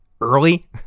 early